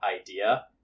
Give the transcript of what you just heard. idea